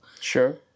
sure